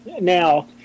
now